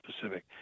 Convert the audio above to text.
Pacific